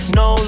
no